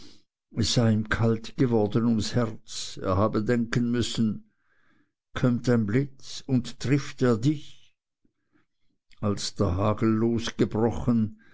ihm kalt geworden ums herz er habe denken müssen kömmt ein blitz und trifft er dich als der hagel losgebrochen